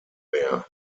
mehr